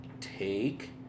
Take